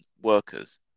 workers